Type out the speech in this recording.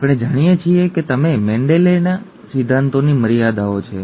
આપણે જાણીએ છીએ તેમ મેન્ડેલિયન સિદ્ધાંતોની મર્યાદાઓ છે